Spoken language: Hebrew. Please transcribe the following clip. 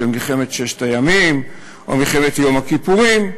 מלחמת ששת הימים או מלחמת יום הכיפורים,